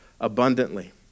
abundantly